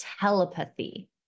telepathy